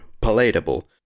palatable